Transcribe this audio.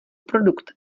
produkt